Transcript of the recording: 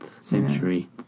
century